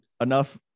enough –